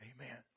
Amen